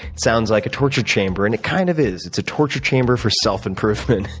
sounds like a torture chamber, and it kind of is. it's a torture chamber for self improvement.